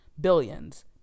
Billions